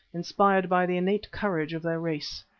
inspired by the innate courage of their race.